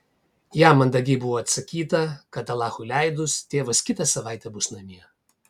jam mandagiai buvo atsakyta kad alachui leidus tėvas kitą savaitę bus namie